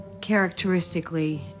characteristically